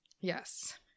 Yes